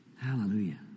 Hallelujah